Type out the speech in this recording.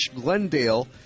Glendale